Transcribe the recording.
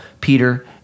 Peter